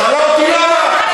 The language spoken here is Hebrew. שאלה אותי למה,